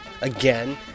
again